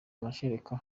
amashereka